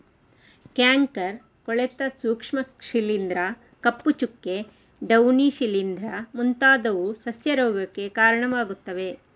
canker, ಕೊಳೆತ ಸೂಕ್ಷ್ಮ ಶಿಲೀಂಧ್ರ, ಕಪ್ಪು ಚುಕ್ಕೆ, ಡೌನಿ ಶಿಲೀಂಧ್ರ ಮುಂತಾದವು ಸಸ್ಯ ರೋಗಕ್ಕೆ ಕಾರಣವಾಗುತ್ತವೆ